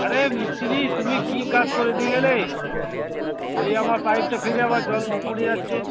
আরে মিস্তিরি তুমি কী কাজ করে দিয়ে গেলে সেই আমার পাইপটা ফেটে আবার জল পড়ে যাচ্ছে